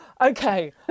Okay